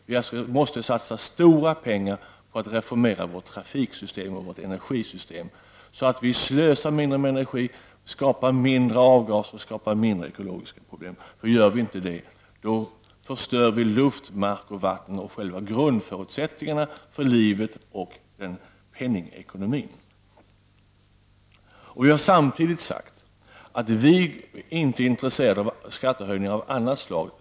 Vi måste satsa stora pengar på att reformera vårt trafiksystem och vårt energisystem, så att vi slösar mindre med energi, skapar mindre avgaser och förorsakar mindre av ekologiska problem. Gör vi inte det, förstör vi luft, mark, vatten och grundförutsättningarna för livet och för penningekonomin. Vi har samtidigt sagt att vi inte är intresserade av skattehöjningar av annat slag.